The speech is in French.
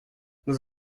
nous